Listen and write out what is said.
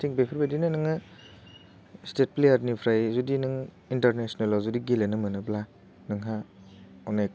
थिक बेफोरबायदिनो नोङो स्टेट प्लेयारनिफ्राय जुदि नों इन्टारनेसनेलआव जुदि गेलेनो मोनोब्ला नोंहा अनेक